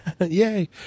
Yay